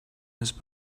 his